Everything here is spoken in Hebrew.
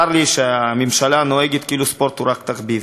צר לי שהממשלה נוהגת כאילו ספורט הוא רק תחביב.